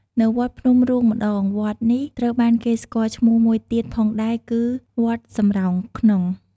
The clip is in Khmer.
នៅវត្តភ្នំរូងម្តង វត្តនេះត្រូវបានគេស្គាល់ឈ្មោះមួយទៀតផងដែរគឺ វត្តសំរោងក្នុង។